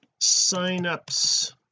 signups